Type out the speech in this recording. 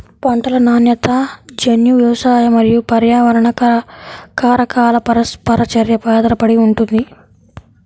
పంటల నాణ్యత జన్యు, వ్యవసాయ మరియు పర్యావరణ కారకాల పరస్పర చర్యపై ఆధారపడి ఉంటుంది